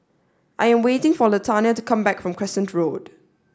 I am waiting for Latanya to come back from Crescent Road